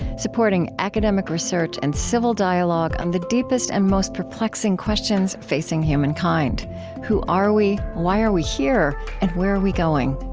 supporting academic research and civil dialogue on the deepest and most perplexing questions facing humankind who are we? why are we here? and where are we going?